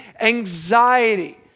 anxiety